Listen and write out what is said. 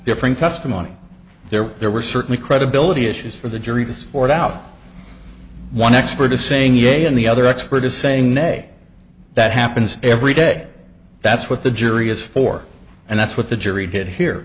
differing testimony there were there were certainly credibility issues for the jury to support out one expert is saying a and the other expert is saying nay that happens every day that's what the jury is for and that's what the jury did here